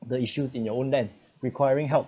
the issues in your own then requiring help